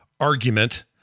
argument